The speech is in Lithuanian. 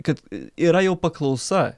kad yra jau paklausa